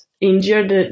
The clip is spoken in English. injured